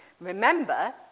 Remember